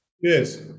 Yes